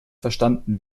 verstanden